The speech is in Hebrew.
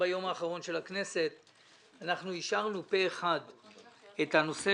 ביום האחרון של הכנסת אישרנו פה אחד את הנושא